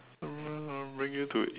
um bring you to